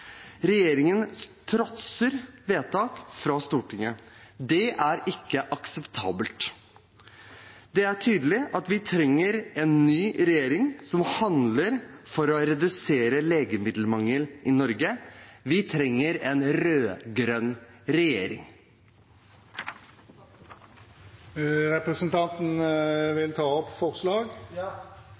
trosser vedtak fra Stortinget. Det er ikke akseptabelt. Det er tydelig at vi trenger en ny regjering, som handler for å redusere legemiddelmangel i Norge. Vi trenger en rød-grønn regjering. Vil representanten ta opp forslag? Ja,